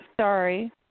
Sorry